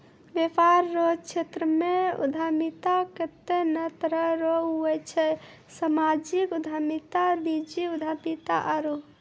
वेपार रो क्षेत्रमे उद्यमिता कत्ते ने तरह रो हुवै छै सामाजिक उद्यमिता नीजी उद्यमिता आरु